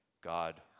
God